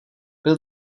byl